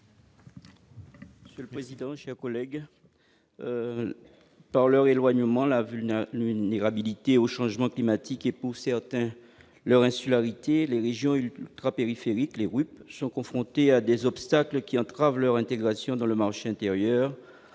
est à M. Dominique Théophile. Par leur éloignement, leur vulnérabilité au changement climatique et, pour certains, leur insularité, les régions ultrapériphériques, les RUP, sont confrontées à des obstacles qui entravent leur intégration dans le marché intérieur,